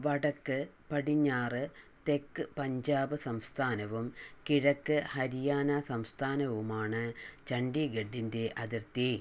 വടക്ക് പടിഞ്ഞാറ് തെക്ക് പഞ്ചാബ് സംസ്ഥാനവും കിഴക്ക് ഹരിയാന സംസ്ഥാനവുമാണ് ചണ്ഡീഗഡിൻ്റെ അതിർത്തി